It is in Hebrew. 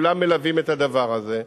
וכולם מלווים את הדבר הזה,